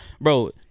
bro